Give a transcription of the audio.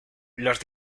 los